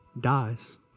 dies